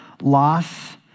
loss